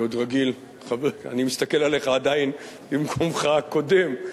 אני מסתכל עליך עדיין במקומך הקודם,